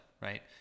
right